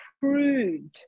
crude